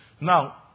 Now